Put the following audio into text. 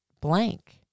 blank